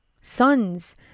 sons